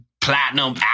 platinum